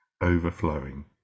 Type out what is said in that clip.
overflowing